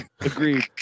Agreed